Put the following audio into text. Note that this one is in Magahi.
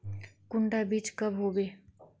कुंडा बीज कब होबे?